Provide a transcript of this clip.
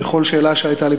ובכל שאלה שהייתה לי,